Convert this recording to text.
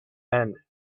and